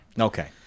Okay